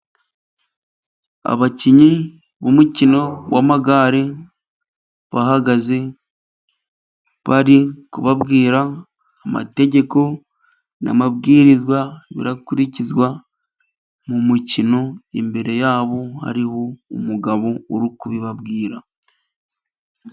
Abakinnyi b'umukino w'amagare, bahagaze bari kubabwira amategeko n'amabwiriza birakurikizwa mu mukino, imbere yabo hariho umugabo uri kubibabwira.